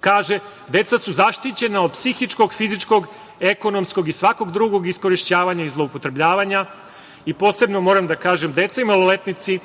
kaže - Deca su zaštićena od psihičkog, fizičkog, ekonomskog i svakog drugog iskorišćavanja i zloupotrebljavanja. Posebno moram da kažem, deca i maloletnici